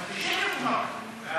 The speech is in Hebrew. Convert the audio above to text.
אנטישמיות, אמרת.